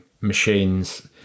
machines